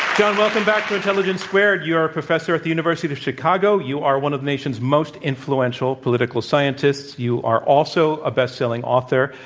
john, welcome back to intelligence squared. you are a professor at the university of chicago. you are one of the nation's most influential political scientists. you are also a best-selling author.